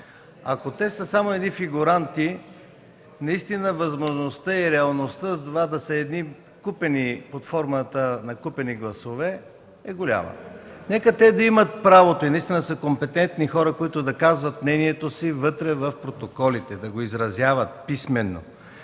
Ако те са само едни фигуранти, наистина възможността и реалността това да са под формата на купени гласове е голяма. Нека те да имат правото и наистина да са компетентни хора, които да казват мнението си вътре в протоколите, да го изразяват писмено,